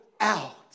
out